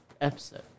episode